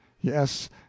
yes